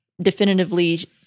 definitively